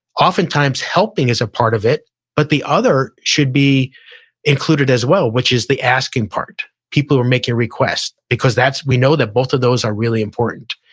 oftentimes, helping is a part of it but the other should be included as well which is the asking part, people who are making requests, because we know that both of those are really important.